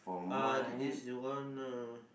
uh it is you want uh